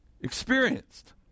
experienced